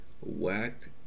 whacked